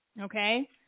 okay